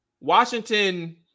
Washington